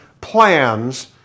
plans